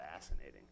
fascinating